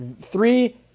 Three